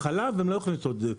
בחלב הן לא יכולות לעשות את זה,